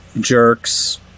jerks